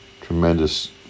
tremendous